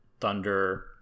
thunder